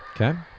Okay